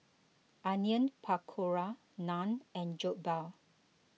Onion Pakora Naan and Jokbal